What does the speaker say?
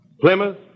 Plymouth